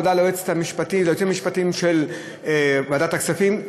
תודה ליועצים המשפטיים לוועדת הכספים,